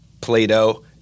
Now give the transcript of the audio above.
Plato